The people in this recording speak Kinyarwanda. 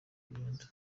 kugenda